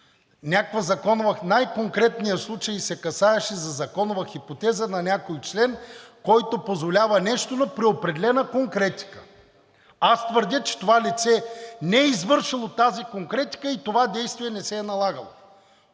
Нищо! В най-конкретния случай се касаеше за законова хипотеза на някой член, който позволява нещо, но при определена конкретика. Аз твърдя, че това лице не е извършило тази конкретика и това действие не се е налагало.